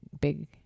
big